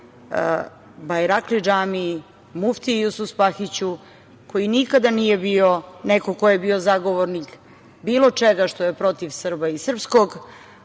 Bajrakli džamiji, muftiji Jusufspahiću koji nikada nije bio neko ko je bio zagovornik bilo čega što je protiv Srba i srpskog,